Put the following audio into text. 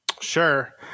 Sure